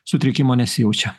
sutrikimo nesijaučia